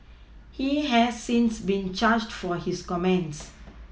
he has since been charged for his comments